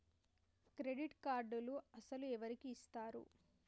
Credit కార్డులు అసలు ఎవరికి ఇస్తారు?